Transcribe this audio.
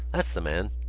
that's the man.